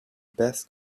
best